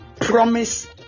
promise